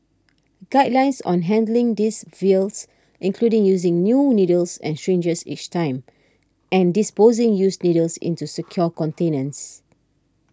guidelines on handling these vials include using new needles and syringes each time and disposing used needles into secure containers